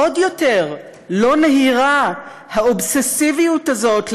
עוד יותר לא נהירה האובססיביות הזאת,